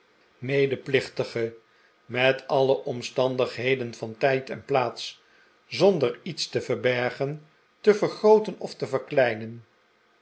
plichtige met alle omstandigheden van tijd en plaats r zonder iets te verbergen te vergrooten of te verkleinen